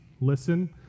listen